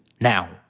now